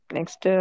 Next